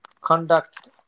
conduct